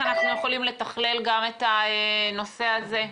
אנחנו יכולים לתכלל גם את הנושא הזה.